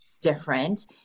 different